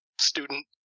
student